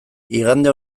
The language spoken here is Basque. igande